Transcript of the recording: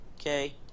okay